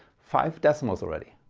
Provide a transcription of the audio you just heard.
five decimals already.